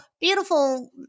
beautiful